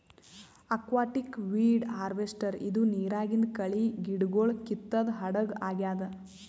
aquatic weed harvester ಇದು ನಿರಾಗಿಂದ್ ಕಳಿ ಗಿಡಗೊಳ್ ಕಿತ್ತದ್ ಹಡಗ್ ಆಗ್ಯಾದ್